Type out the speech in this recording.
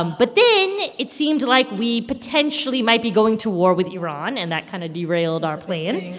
ah but then it seemed like we, potentially, might be going to war with iran, and that kind of derailed our plans